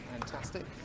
Fantastic